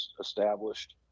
established